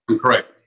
correct